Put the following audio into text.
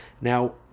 Now